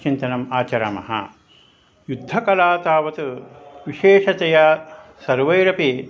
चिन्तनम् आचरामः युद्धकला तावत् विशेषतया सर्वैरपि